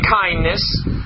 kindness